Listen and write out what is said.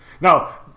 Now